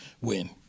win